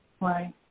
right